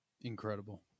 Incredible